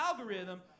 algorithm